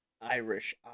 Irish